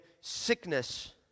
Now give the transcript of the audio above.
sickness